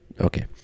okay